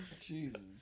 Jesus